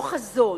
לא חזון.